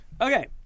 Okay